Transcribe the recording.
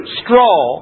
straw